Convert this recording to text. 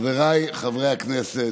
כן.